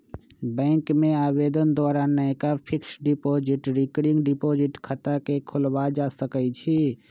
bank में आवेदन द्वारा नयका फिक्स्ड डिपॉजिट, रिकरिंग डिपॉजिट खता खोलबा सकइ छी